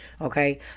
Okay